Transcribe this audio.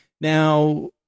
Now